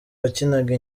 wakinaga